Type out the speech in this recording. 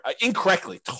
incorrectly